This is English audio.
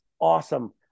awesome